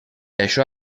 això